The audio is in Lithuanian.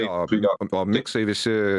jo o miksai visi